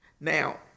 Now